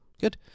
good